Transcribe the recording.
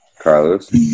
Carlos